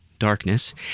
darkness